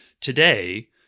today